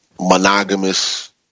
monogamous